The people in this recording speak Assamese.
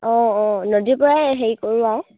অঁ অঁ নদীৰ পৰাই হেৰি কৰোঁ আৰু